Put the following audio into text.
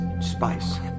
Spice